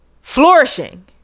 Flourishing